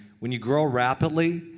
when you grow rapidly,